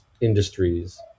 industries